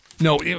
No